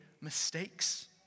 mistakes